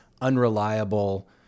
unreliable